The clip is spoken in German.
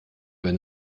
wenn